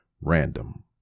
random